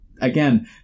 again